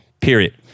period